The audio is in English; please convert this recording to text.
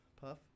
puff